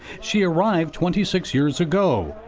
she arrived twenty six years ago,